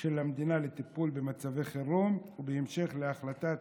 של המדינה לטיפול במצבי חירום, ובהמשך להחלטת